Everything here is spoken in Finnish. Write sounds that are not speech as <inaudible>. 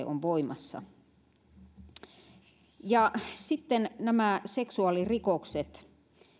<unintelligible> on voimassa sitten nämä seksuaalirikokset